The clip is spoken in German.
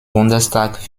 bundestag